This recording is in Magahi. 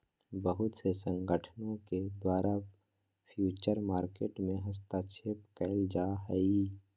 बहुत से संगठनों के द्वारा फ्यूचर मार्केट में हस्तक्षेप क़इल जा हइ